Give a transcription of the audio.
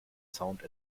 sound